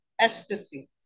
ecstasy